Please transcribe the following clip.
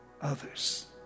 others